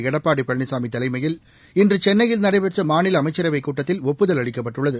எடப்பாடி பழனிசாமி தலைமையில் இன்று சென்னையில் நடைபெற்ற மாநில அமைச்சரவைக் கூட்டத்தில் ஒப்புதல் அளிக்கப்பட்டுள்ளது